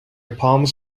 palms